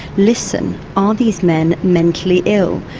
listen, are these men mentally ill?